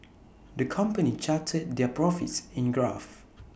the company charted their profits in graph